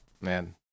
man